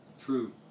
True